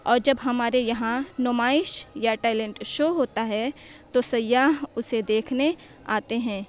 اور جب ہمارے یہاں نمائش یا ٹیلینٹ شو ہوتا ہے تو سیاح اسے دیکھنے آتے ہیں